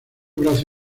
brazo